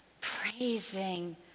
praising